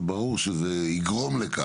זה ברור שזה יגרום לכך.